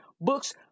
Books